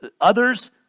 others